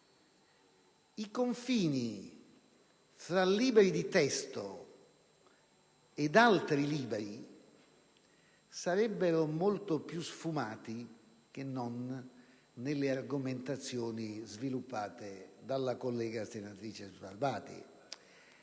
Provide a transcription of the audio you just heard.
i confini fra libri di testo e altri libri sarebbero molto più sfumati che non nelle argomentazioni sviluppate dalla collega senatrice Sbarbati.